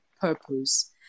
purpose